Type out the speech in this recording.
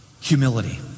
humility